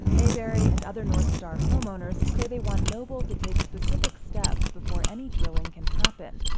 mayberry and other north star homeowners say they want noble to take specific steps before any drilling can happen.